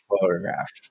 photograph